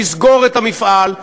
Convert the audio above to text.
לסגור את המפעל.